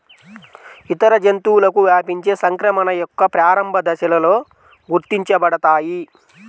ఇతర జంతువులకు వ్యాపించే సంక్రమణ యొక్క ప్రారంభ దశలలో గుర్తించబడతాయి